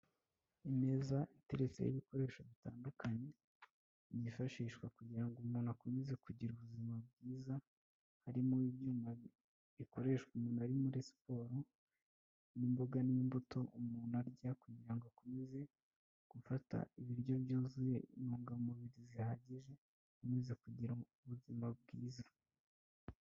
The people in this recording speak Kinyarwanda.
Ineza iteretse ibikoresho bitandukanye byifashishwa kugira ngo umuntu akomeze kugira ubuzima bwiza. Harimo ibyuma bikoreshwa umuntu ari muri siporo n'imboga n'imbuto umuntu arya kugira ngo akomeze gufata ibiryo byuzuye intungamubiri zihagije akomeza kugira ubuzima bwiza.